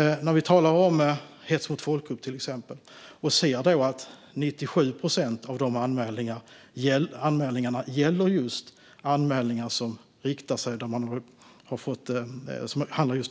När det gäller hets mot folkgrupp kan vi se att 97 procent av anmälningarna handlar